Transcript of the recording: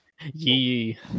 Yee